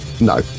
No